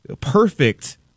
perfect